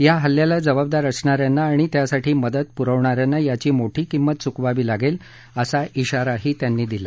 या हल्ल्याला जबाबदार असणाऱ्यांना आणि त्यासाठी मदत पुरवणाऱ्यांना याची मोठी किंमत चुकवावी लागेल असा खाारा त्यांनी दिला